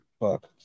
Fuck